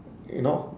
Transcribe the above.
you know